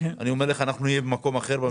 אנחנו נהיה במקום אחר.